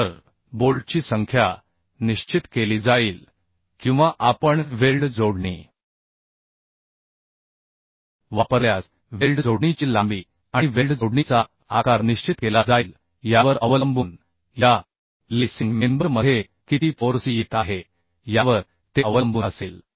तर बोल्टची संख्या निश्चित केली जाईल किंवा आपण वेल्ड जोडणी वापरल्यास वेल्ड जोडणीची लांबी आणि वेल्ड जोडणीचा आकार निश्चित केला जाईल यावर अवलंबून या लेसिंग मेंबर मध्ये किती फोर्स येत आहे यावर ते अवलंबून असेल